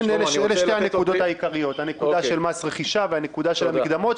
אלה שתי הנקודות העיקריות: הנקודה של מס רכישה והנקודה של המקדמות,